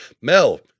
Mel